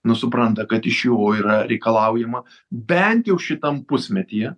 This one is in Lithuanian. nu supranta kad iš jo yra reikalaujama bent jau šitam pusmetyje